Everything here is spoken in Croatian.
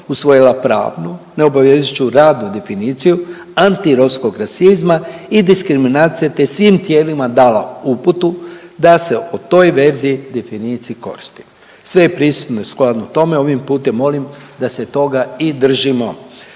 usvojila pravnu, neobavezujuću radnu definiciju anti romskog rasizma i diskriminacije, te svim tijelima dala uputu da se o toj verziji, definiciji koristi. Sve prisutne u skladu tome ovim putem molim da se toga i držimo.